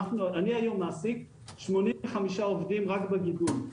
אני היום מעסיק 85 עובדים רק בגידול,